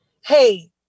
Hey